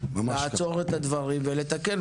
לעצור את הדברים ולתקן,